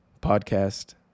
podcast